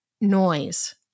noise